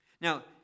Now